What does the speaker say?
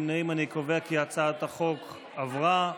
אנחנו מצביעים על הצעת חוק העונשין (תיקון,